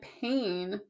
pain